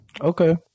Okay